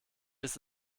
ist